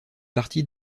partie